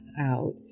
out